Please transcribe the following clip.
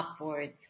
upwards